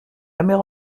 jamais